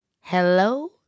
Hello